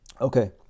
Okay